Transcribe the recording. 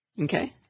Okay